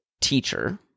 teacher